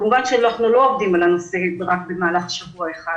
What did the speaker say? כמובן שאנחנו לא עובדים על הנושא רק במהלך שבוע אחד,